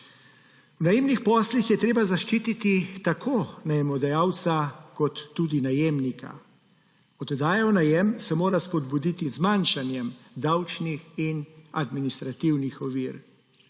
V najemnih poslih je treba zaščiti tako najemodajalca kot tudi najemnika. Oddajo v najem se mora spodbuditi z zmanjšanjem davčnih in administrativnih ovir.